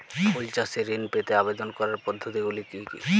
ফুল চাষে ঋণ পেতে আবেদন করার পদ্ধতিগুলি কী?